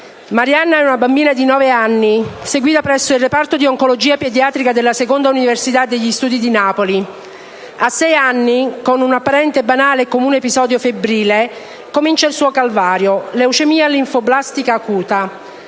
Marianna è una bambina di nove anni seguita presso il reparto di oncologia pediatrica della Seconda Università degli studi di Napoli. A sei anni, con un apparente, banale e comune episodio febbrile, comincia il suo calvario: leucemia linfoblastica acuta.